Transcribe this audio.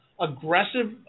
aggressive